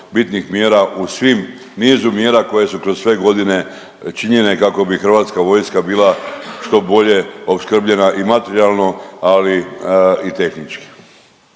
bitnih mjera u svim nizu mjera koje su kroz sve godine činjene kako bi Hrvatska vojska bila što bolje opskrbljena i materijalno, ali i tehnički.